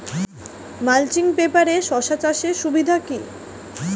Mulching পেপারে শসা চাষের সুবিধা কি?